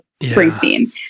Springsteen